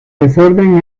desorden